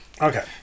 okay